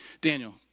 Daniel